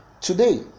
Today